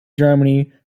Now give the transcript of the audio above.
germany